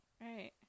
right